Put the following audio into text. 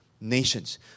nations